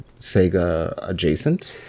Sega-adjacent